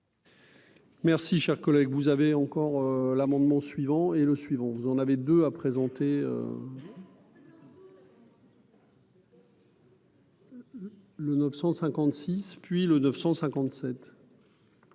Merci, cher collègue, vous avez encore l'amendement suivant et le suivant, vous en avez deux a présenté. Le 956 puis le 957.